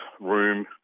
room